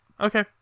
Okay